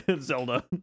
Zelda